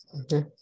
Okay